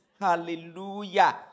Hallelujah